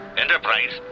Enterprise